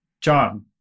John